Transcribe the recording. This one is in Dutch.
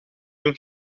doen